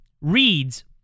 reads